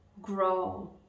grow